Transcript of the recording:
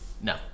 No